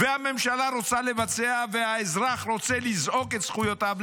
והממשלה רוצה לבצע והאזרח רוצה לזעוק את זכויותיו,